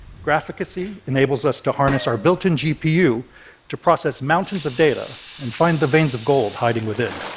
graphicacy enables us to harness our built-in gpu to process mountains of data and find the veins of gold hiding within.